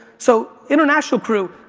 so international crew,